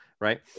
Right